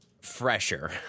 fresher